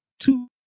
Two